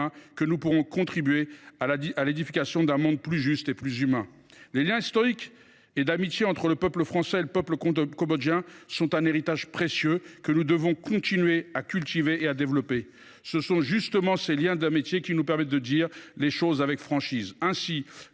que nous pourrons contribuer à l’édification d’un monde plus juste et plus humain. Les liens historiques et d’amitié entre le peuple français et le peuple cambodgien sont un héritage précieux que nous devons continuer à cultiver et à développer. Ce sont justement ces liens d’amitié qui nous permettent de dire les choses avec franchise.